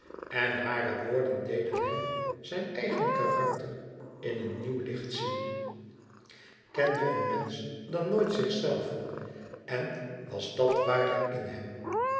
en hare woorden deden hem zijn eigen karakter in een nieuw licht zien kende een mensch dan nooit zichzelven en was dàt waarlijk in hem